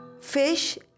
fish